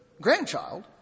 grandchild